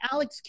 Alex